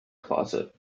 closet